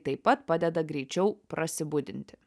taip pat padeda greičiau prasibudinti